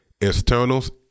External's